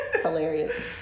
Hilarious